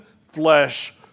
flesh